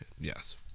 Yes